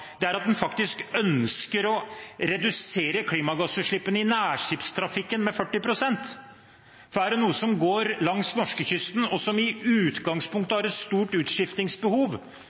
er at en faktisk ønsker å redusere klimagassutslippene i nærskipstrafikken med 40 pst. For er det noe som går langs norskekysten, og som i utgangspunktet har et stort